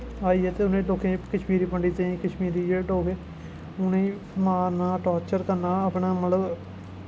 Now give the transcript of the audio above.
उ'नें लोकें गी कश्मीरी पंडितें गी कश्मीरी जेह्ड़े लोग उ'नेंगी मारना टार्चर करना अपना मतलब